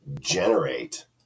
generate